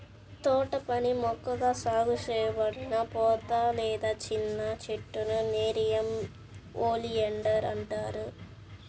తోటపని మొక్కగా సాగు చేయబడిన పొద లేదా చిన్న చెట్టునే నెరియం ఒలియాండర్ అంటారు